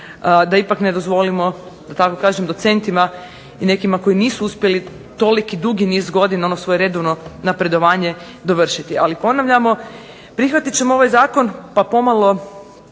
da ipak ne dozvolimo da tako kažem docentima i nekima koji nisu uspjeli toliki dugi niz godina ono svoje redovno napredovanje dovršiti. Ali ponavljamo, prihvatit ćemo ovaj zakon pa pomalo